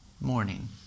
morning